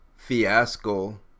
fiasco